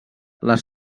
les